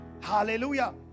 Hallelujah